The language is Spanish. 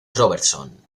robertson